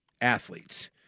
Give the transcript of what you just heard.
athletes